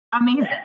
Amazing